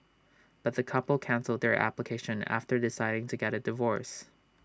but the couple cancelled their application after deciding to get A divorce